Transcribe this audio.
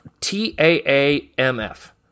T-A-A-M-F